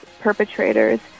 perpetrators